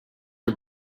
are